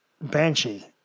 Banshee